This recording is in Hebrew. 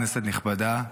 כנסת נכבדה,